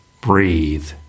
Breathe